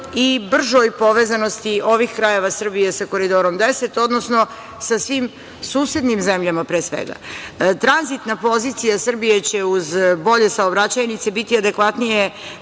i bržoj povezanosti ovih krajeva Srbije sa Koridorom 10, odnosno sa svim susednim zemljama, pre svega. Tranzitna pozicija Srbije će uz bolje saobraćajnice biti adekvatnije